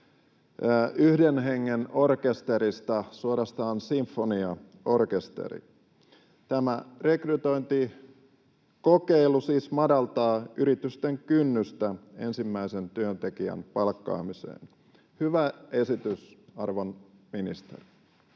yhden hengen orkesterista suorastaan sinfoniaorkesteriksi. Tämä rekrytointikokeilu siis madaltaa yritysten kynnystä ensimmäisen työntekijän palkkaamiseen. Hyvä esitys, arvon ministeri.